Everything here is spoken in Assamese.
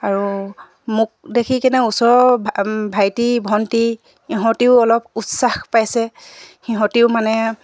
আৰু মোক দেখি কেনে ওচৰৰ ভাইটি ভণ্টি ইহঁতিও অলপ উৎসাহ পাইছে সিহঁতিও মানে